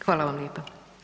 Hvala vam lijepa.